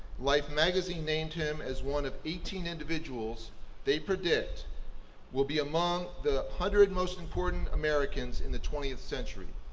life magazine named him as one of eighteen individuals they predict will be among the hundred most important americans in the twentieth century,